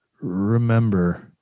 remember